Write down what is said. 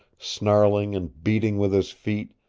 snarling and beating with his feet,